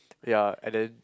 ya and then